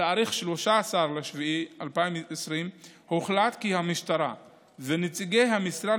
בתאריך 13 ביולי 2020 הוחלט כי המשטרה ונציגי המשרד